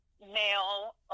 male